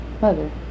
mother